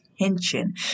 attention